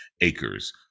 acres